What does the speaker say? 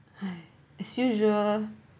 !hais! as usual